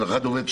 אם אחד עובד,